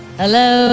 hello